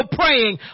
praying